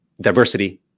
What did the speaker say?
diversity